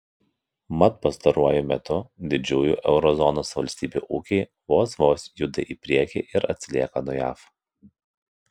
mat pastaruoju metu didžiųjų euro zonos valstybių ūkiai vos vos juda į priekį ir atsilieka nuo jav